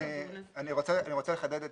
אני רוצה לחדד,